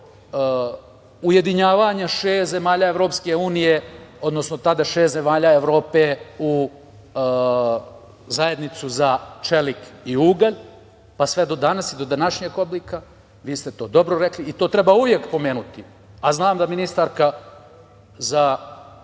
ujedinjavanja šest zemalja EU, odnosno tada šest zemalja Evrope u Zajednicu za čelik i ugalj, pa sve do danas i do današnjeg oblika, vi ste to dobro rekli i to treba uvek pomenuti, a znam da ministarka za